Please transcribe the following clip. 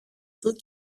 του